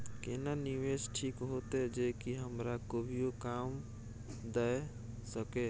केना निवेश ठीक होते जे की हमरा कभियो काम दय सके?